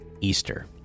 easter